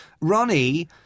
Ronnie